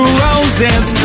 roses